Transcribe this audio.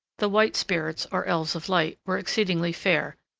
the white spirits, or elves of light, were exceedingly fair,